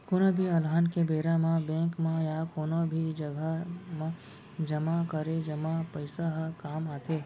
कोनो भी अलहन के बेरा म बेंक म या कोनो भी जघा म जमा करे जमा पइसा ह काम आथे